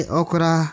okra